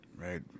Right